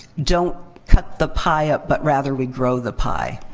don't cut the pie up, but, rather, we grow the pie.